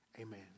Amen